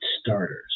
starters